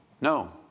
No